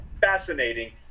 fascinating